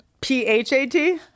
P-H-A-T